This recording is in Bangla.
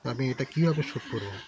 আমি এটা কীভাবে শোধ করব